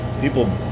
people